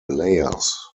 layers